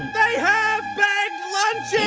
they have bagged lunches.